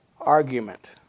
argument